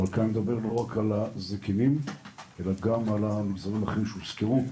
אבל לא נדבר רק על הזקנים אלא גם על המגזרים האחרים שהוזכרו.